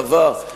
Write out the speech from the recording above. שאדם תבע 80,000,